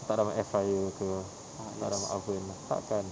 letak dalam air fryer ke letak dalam oven tak kan